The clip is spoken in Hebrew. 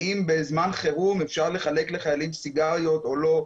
האם בזמן חירום אפשר לחלק לחיילים סיגריות או לא.